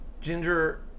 Ginger